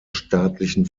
staatlichen